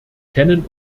kennen